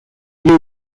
you